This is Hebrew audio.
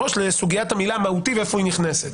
הראש לסוגיית המילה "מהותי" ואיפה היא נכנסת.